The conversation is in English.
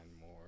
more